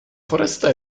foresta